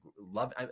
love